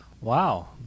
Wow